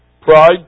pride